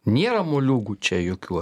nėra moliūgų čia jokių